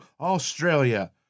Australia